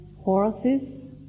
horses